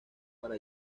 para